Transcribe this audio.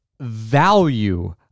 value